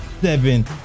seven